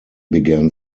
began